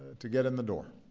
to get in the door.